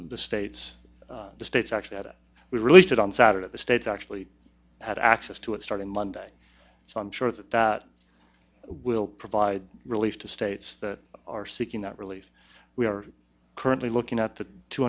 the states the states actually had it we released it on saturday the states actually had access to it starting monday so i'm sure that that will provide relief to states that are seeking that relief we are currently looking at the two